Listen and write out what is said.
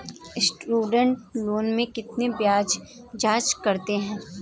Student loan में कितना ब्याज चार्ज करते हैं?